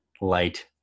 light